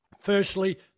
firstly